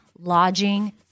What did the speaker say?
lodging